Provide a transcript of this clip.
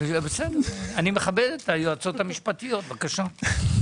בסדר, אני מכבד את היועצות המשפטיות, בבקשה.